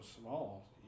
small